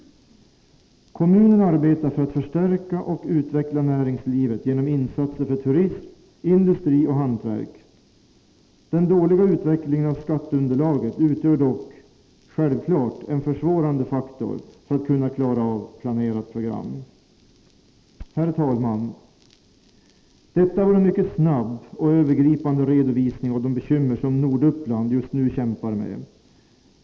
Kommunen arbetar för att förstärka och utveckla näringslivet genom insatser för turism, industri och hantverk. Den dåliga utvecklingen av skatteunderlaget utgör dock självfallet en försvårande faktor när det gäller att kunna klara av planerat program. Herr talman! Detta var en mycket snabb och övergripande redovisning av de bekymmer som Norduppland just nu kämpar med.